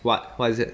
what what is it